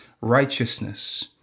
righteousness